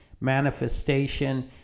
manifestation